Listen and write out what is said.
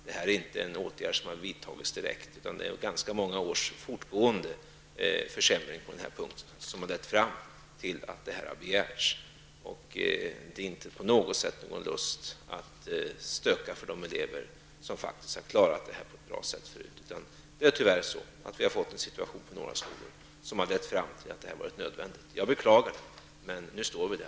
Det är inte fråga om en åtgärd som har vidtagits direkt, utan det är ganska många års fortgående försämring som har lett fram till den begäran som gjorts. Det är inte på något sätt en lust att stöka till det för de elever som har klarat detta på ett bra sätt förut som ligger bakom, utan vi har tyvärr på några skolor fått en situation som har lett fram till att detta blivit nödvändigt. Jag beklagar det, men nu står vi där.